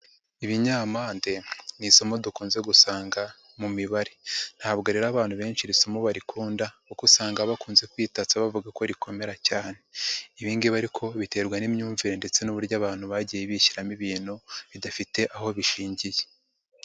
Ibinyapande ni isomo dukunze gusanga mu mibare. Ntabwo rero abantu benshi iri somo barikunda kuko usanga bakunze kwitatsa bavuga ko rikomera cyane. Ibi ngibi ariko biterwa n'imyumvire ndetse n'uburyo abantu bagiye bishyiramo ibintu bidafite aho bishingiye.